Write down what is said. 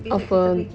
apa